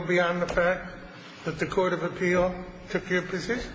beyond the fact that the court of appeal took your position